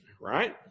right